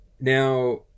Now